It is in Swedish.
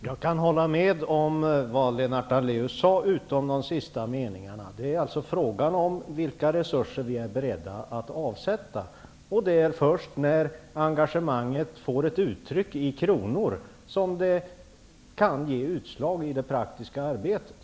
Herr talman! Förutom de sista meningarna kan jag hålla med om det som Lennart Daléus sade. Det är alltså fråga om vilka resurser vi är beredda att avsätta. Det är först när engagemanget får ett uttryck i kronor som det kan ge utslag i det praktiska arbetet.